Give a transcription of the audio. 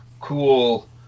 cool